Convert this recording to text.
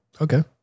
Okay